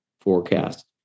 forecast